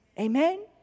Amen